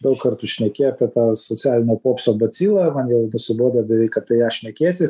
daug kartų šnekėję apie tą socialinio popso bacilą man jau nusibodo beveik apie ją šnekėti